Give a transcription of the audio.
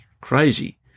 crazy